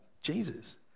Jesus